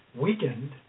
weakened